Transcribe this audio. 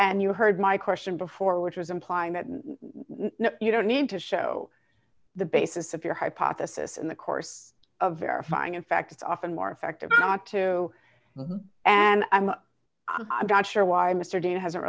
and you heard my question before which was implying that you don't need to show the basis of your hypothesis in the course of verifying in fact it's often more effective than not to them and i'm not sure why mr dan has